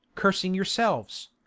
cursing yourselves,